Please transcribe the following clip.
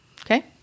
Okay